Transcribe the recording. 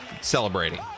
celebrating